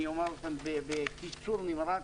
אני אומר אותן בקיצור נמרץ,